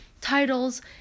titles